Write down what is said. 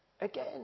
again